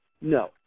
No